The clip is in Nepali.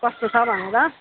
कस्तो छ भनेर